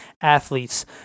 athletes